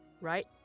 right